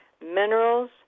minerals